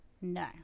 no